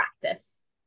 practice